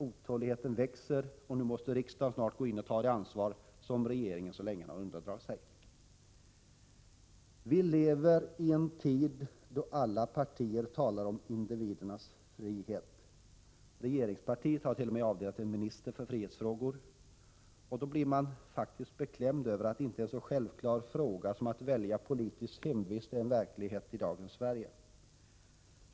Otåligheten växer. Snart måste riksdagen gå in och ta det ansvar som regeringen så länge har undandragit sig. Vi lever i en tid då alla partier talar om individernas frihet. Regeringspartiet har t.o.m. avdelat en minister för frihetsfrågor. Då blir man faktiskt beklämd över att inte en så självklar fråga som att välja politisk hemvist är en verklighet i dagens Sverige.